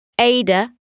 Ada